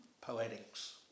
poetics